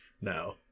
No